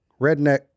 redneck